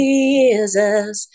Jesus